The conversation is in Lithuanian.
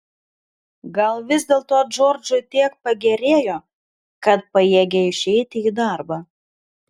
gal vis dėlto džordžui tiek pagerėjo kad pajėgė išeiti į darbą